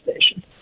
station